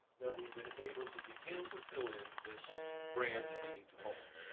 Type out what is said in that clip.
that we've been able to begin to fill in this branch leading to homo.